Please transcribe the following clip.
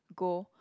go